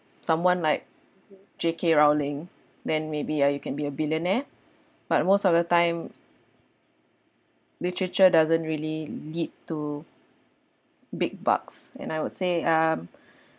someone like J_K rowling then maybe ya you can be a billionaire but most of the time literature doesn't really lead to big bucks and I would say um